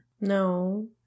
No